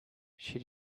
she